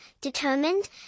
determined